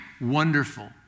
Wonderful